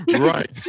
Right